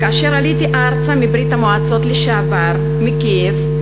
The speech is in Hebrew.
כאשר עליתי ארצה מברית-המועצות לשעבר, מקייב,